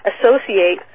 associate